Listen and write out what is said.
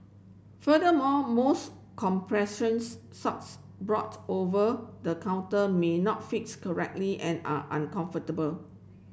furthermore most compressions socks brought over the counter may not fits correctly and are uncomfortable